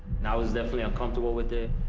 i was definitely uncomfortable with it.